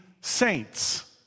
saints